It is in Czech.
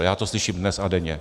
Já to slyším dnes a denně.